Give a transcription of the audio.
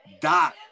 Dot